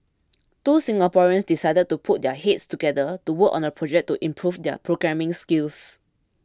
two Singaporeans decided to put their heads together to work on a project to improve their programming skills